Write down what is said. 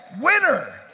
winner